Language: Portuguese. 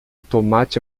tomate